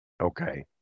Okay